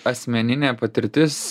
asmeninė patirtis